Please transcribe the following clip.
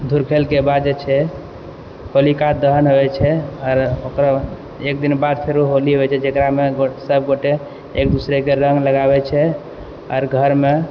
धुरखेलके बाद जे छै होलिका दहन होइ छै आओर ओकरबाद एकदिन बाद फेरो होली होइ छै जकरामे सबगोटे एकदोसराके रङ्ग लगाबै छै आओर घरमे